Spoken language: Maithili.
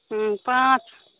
हुँ पाँच